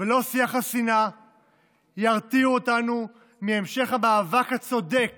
ולא שיח השנאה ירתיעו אותנו מהמשך המאבק הצודק